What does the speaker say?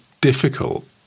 difficult